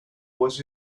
was